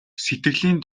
сэтгэлийн